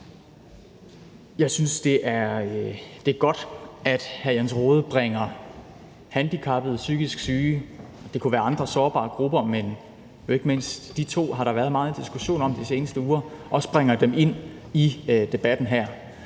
Jeg synes, det er godt, at hr. Jens Rohde bringer handicappede og psykisk syge – det kunne være andre sårbare grupper, men jo ikke mindst de to har der været meget diskussion om de seneste uger – ind i debatten her,